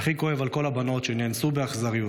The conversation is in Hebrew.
והכי כואב על כל הבנות שנאנסו באכזריות,